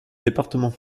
département